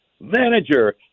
Manager